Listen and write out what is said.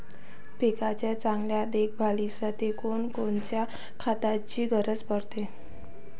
पिकाच्या चांगल्या देखभालीसाठी कोनकोनच्या खताची गरज पडते?